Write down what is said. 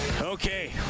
Okay